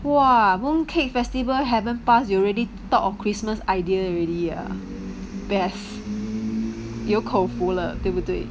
!wah! mooncake festival haven't pass you already thought of christmas ideas already ah best 有口福了对不对